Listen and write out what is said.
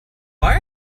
why